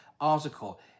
article